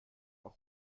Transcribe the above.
auch